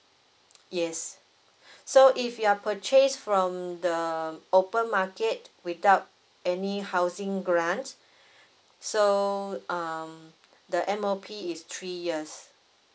yes so if you are purchased from the open market without any housing grants so um the M_O_P is three years